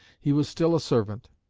he was still a servant,